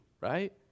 right